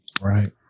Right